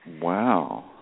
Wow